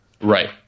Right